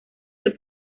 del